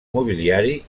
mobiliari